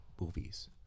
movies